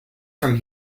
from